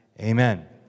Amen